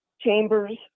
Chambers